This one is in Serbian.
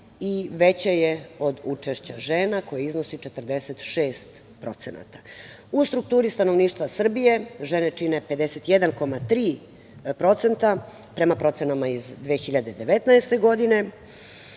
i veće je od učešća žena, koje iznosi 46%. U strukturi stanovništva Srbije žene čine 51,3%, prema procenama iz 2019. godine,